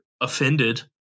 offended